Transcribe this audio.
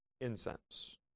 incense